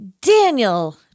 Daniel